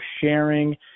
sharing